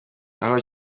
aho